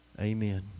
Amen